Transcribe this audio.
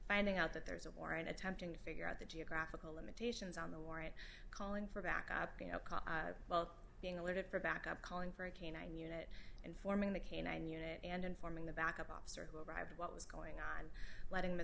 finding out that there's a warrant attempting to figure out the geographical limitations on the warrant calling for backup well being alert for backup calling for a canine unit informing the canine unit and informing the backup officer who arrived what was going on letting th